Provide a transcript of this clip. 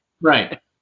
Right